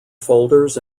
folders